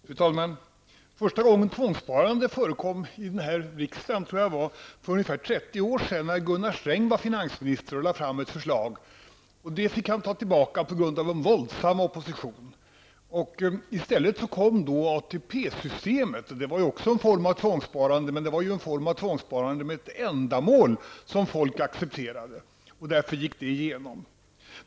Fru talman! Första gången tvångssparande förekom i den här riksdagen tror jag för ungefär trettio år sedan, när Gunnar Sträng var finansminister och lade fram ett förslag. Det fick han ta tillbaka på grund av en våldsam opinion. I stället kom då ATP-systemet. Det var också en form av tvångssparande, men med ett ändamål som folk accepterade -- och därför gick det igenom.